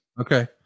Okay